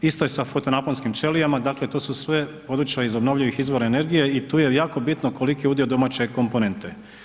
Isto je sa fotonaponskim ćelijama, dakle to su sve područja iz obnovljivih izvora energije i tu je jako bitno koliki je udio domaće komponentne.